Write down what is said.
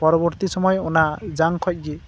ᱯᱚᱨᱚᱵᱚᱨᱛᱤ ᱥᱚᱢᱚᱭ ᱚᱱᱟ ᱡᱟᱝ ᱠᱷᱚᱡ ᱜᱮ